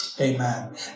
Amen